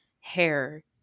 hair